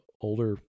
older